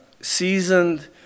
seasoned